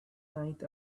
night